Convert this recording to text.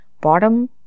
bottom